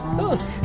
look